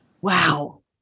Wow